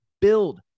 Build